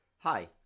Hi